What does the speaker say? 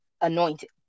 anointed